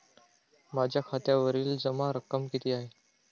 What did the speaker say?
माझ्या खात्यावरील जमा रक्कम किती आहे?